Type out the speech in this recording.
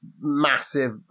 massive